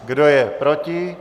Kdo je proti?